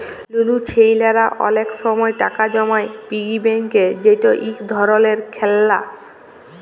লুলু ছেইলারা অলেক সময় টাকা জমায় পিগি ব্যাংকে যেট ইক ধরলের খেললা